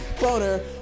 Boner